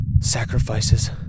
sacrifices